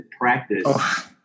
practice